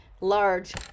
large